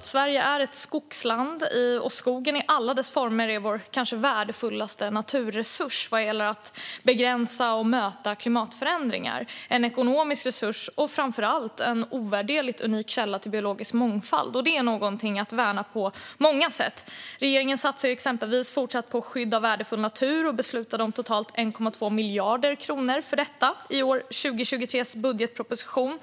Sverige är ett skogsland. Skogen i alla dess former är vår kanske värdefullaste naturresurs vad gäller att begränsa och möta klimatförändringar, en ekonomisk resurs och framför allt en ovärderlig och unik källa till biologisk mångfald. Detta är något att värna på många sätt. Regeringen satsar exempelvis fortsatt på skydd av värdefull natur och beslutade om totalt 1,2 miljarder kronor för detta i 2023 års budgetproposition.